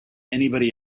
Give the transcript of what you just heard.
anybody